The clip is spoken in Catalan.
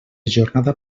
jornada